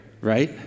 right